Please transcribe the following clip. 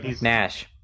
Nash